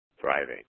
thriving